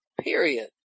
period